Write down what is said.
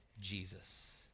Jesus